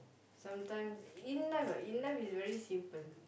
sometimes in life ah in life is very simple